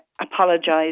apologise